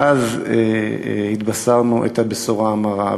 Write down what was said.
ואז התבשרנו את הבשורה המרה.